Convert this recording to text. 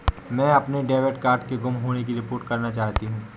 मैं अपने debit card के गुम होने की रिपोर्ट करना चाहती हूँ